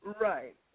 Right